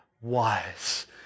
wise